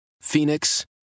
Phoenix